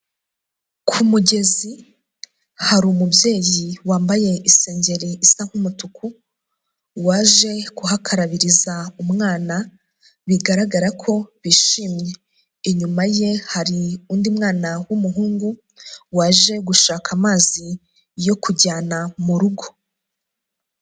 Ku mugezi hari umubyeyi wambaye isengeri isa nk'umutuku waje kuhakarabiririza umwana bigaragara ko bishimye. Inyuma ye hari undi mwana w'umuhungu waje gushaka amazi yo kujyana mu rugo.